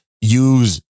use